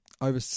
over